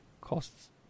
costs